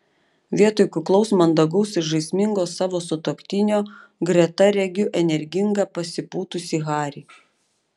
vietoj kuklaus mandagaus ir žaismingo savo sutuoktinio greta regiu energingą pasipūtusį harį